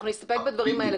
אנחנו נסתפק בדברים האלה.